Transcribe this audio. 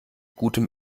gutem